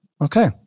Okay